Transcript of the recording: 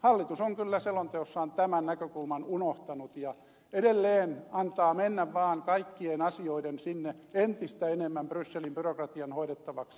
hallitus on kyllä selonteossaan tämän näkökulman unohtanut ja edelleen antaa mennä vaan kaikkien asioiden sinne entistä enemmän brysselin byrokratian hoidettavaksi